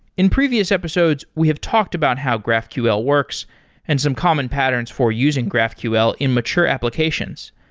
in previous episodes, we have talked about how graphql works and some common patterns for using graphql in mature applications.